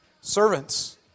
servants